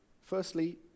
Firstly